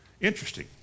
Interesting